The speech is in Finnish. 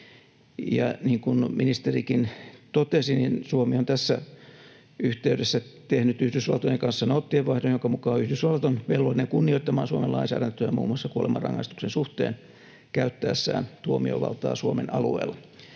kuin ministerikin totesi, Suomi on tässä yhteydessä tehnyt Yhdysvaltojen kanssa noottienvaihdon, jonka mukaan Yhdysvallat on velvollinen kunnioittamaan Suomen lainsäädäntöä muun muassa kuolemanrangaistuksen suhteen käyttäessään tuomiovaltaa Suomen alueella.